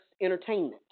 entertainment